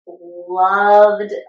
loved